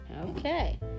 Okay